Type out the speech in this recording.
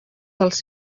dels